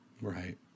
Right